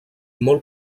molt